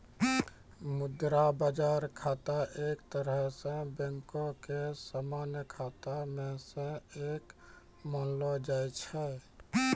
मुद्रा बजार खाता एक तरहो से बैंको के समान्य खाता मे से एक मानलो जाय छै